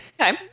Okay